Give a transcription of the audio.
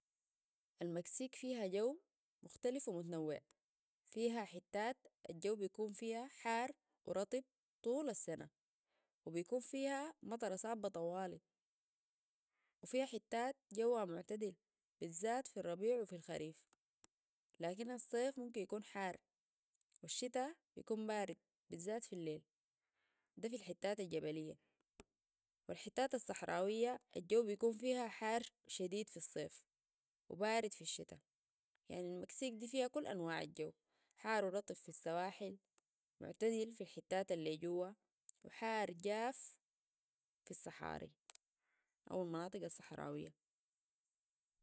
المكسيك فيها جو مختلف ومتنوع فيها حتات الجو بيكون فيها حار ورطب طول السنة وبيكون فيهامطره صابه طوالي وفيها حتات جوه معتدل بالذات في الربيع وفي الخريف لكن الصيف ممكن يكون حار والشتاء بيكون بارد بالذات في الليل ده في الحتات الجبلية والحتات الصحراوية الجو بيكون فيها حار شديد في الصيف وبارد في الشتاء يعني المكسيك دي فيها كل أنواع الجو حار رطب في السواحل معتدل في الحتات اللي جوه وحار جاف في الصحاري أو المناطق الصحراوية